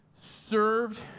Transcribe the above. served